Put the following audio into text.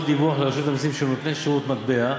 דיווח לרשות המסים של נותני שירותי מטבע,